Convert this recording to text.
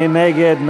מי נגד?